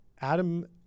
adam